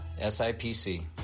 SIPC